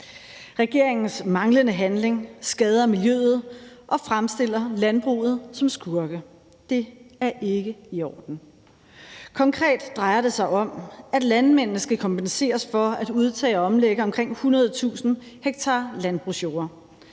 Regeringens manglende handling skader miljøet og fremstiller landbruget som skurke, og det er ikke i orden. Konkret drejer det sig om, at landmændene skal kompenseres for at udtage og omlægge omkring 100.000 ha landbrugsjord.